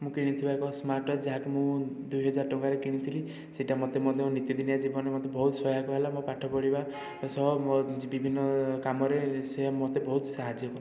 ମୁଁ କିଣିଥିବା ଏକ ସ୍ମାର୍ଟ ୱାଚ୍ ଯାହାକି ମୁଁ ଦୁଇହଜାର ଟଙ୍କାରେ କିଣିଥିଲି ସେଇଟା ମୋତେ ମଧ୍ୟ ନୀତିଦିନିଆ ଜୀବନରେ ମୋତେ ବହୁତ ସହାୟକ ହେଲା ମୋ ପାଠପଢ଼ିବା ସହ ମୋ ବିଭିନ୍ନ କାମରେ ସେ ମୋତେ ବହୁତ ସାହାଯ୍ୟ କଲା